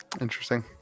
Interesting